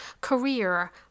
career